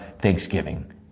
thanksgiving